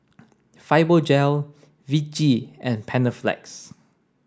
Fibogel Vichy and Panaflex